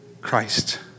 Christ